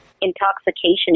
intoxication